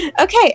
okay